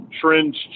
trends